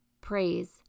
Praise